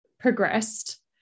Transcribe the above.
progressed